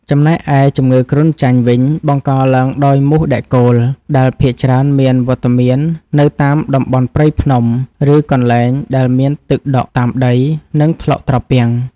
ចំណែកឯជំងឺគ្រុនចាញ់វិញបង្កឡើងដោយមូសដែកគោលដែលភាគច្រើនមានវត្តមាននៅតាមតំបន់ព្រៃភ្នំ ឬកន្លែងដែលមានទឹកដក់តាមដី និងថ្លុកត្រពាំង។